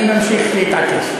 אני ממשיך להתעקש.